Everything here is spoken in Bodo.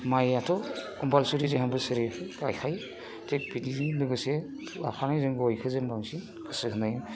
माइआथ' कम्पलसारि जोंहा बोसोरे गायखायो थिग बिदिजों लोगोसे लाखानाय जों गयखो जों बांसिन गोसो होनाय